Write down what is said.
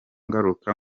ngaruka